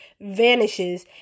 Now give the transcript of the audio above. vanishes